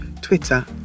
twitter